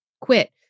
quit